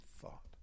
Thought